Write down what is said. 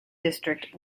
district